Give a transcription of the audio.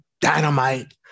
dynamite